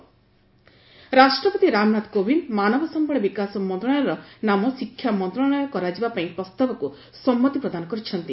HRD ministry ରାଷ୍ଟ୍ରପତି ରାମନାଥ କୋବିନ୍ଦ ମାନବ ସମ୍ଭଳ ବିକାଶ ମନ୍ତ୍ରଶାଳୟର ନାମ ଶିକ୍ଷା ମନ୍ତ୍ରଣାଳୟ କରାଯିବା ପାଇଁ ପ୍ରସ୍ତାବକୁ ସମ୍ମତି ପ୍ରଦାନ କରିଛନ୍ତି